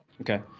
Okay